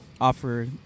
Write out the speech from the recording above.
offer